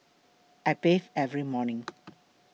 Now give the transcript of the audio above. I bathe every morning